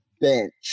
bench